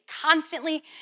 constantly